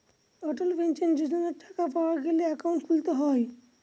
অটল pension যোজনার টাকা পাওয়া গেলে একাউন্ট খুলতে হয়